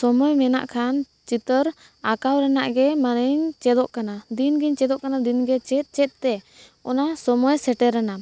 ᱥᱚᱢᱚᱭ ᱢᱮᱱᱟᱜ ᱠᱷᱟᱱ ᱪᱤᱛᱟᱹᱨ ᱟᱠᱟᱣ ᱨᱮᱱᱟᱜ ᱜᱮ ᱢᱟᱱᱮᱧ ᱪᱮᱫᱚᱜ ᱠᱟᱱᱟ ᱫᱤᱱᱜᱤᱧ ᱪᱮᱫᱚᱜ ᱠᱟᱱᱟ ᱫᱤᱱᱜᱮ ᱪᱮᱫ ᱪᱮᱫᱛᱮ ᱚᱱᱟ ᱥᱚᱢᱚᱭ ᱥᱮᱴᱮᱨᱮᱱᱟ